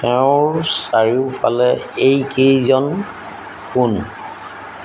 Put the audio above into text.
তেওঁৰ চাৰিওফালে একেইজন কোন